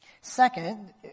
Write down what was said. Second